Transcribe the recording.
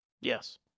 Yes